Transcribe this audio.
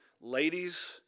ladies